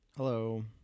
Hello